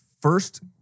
First